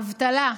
אבטלה.